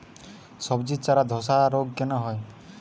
সবজির চারা ধ্বসা রোগ কেন হয়?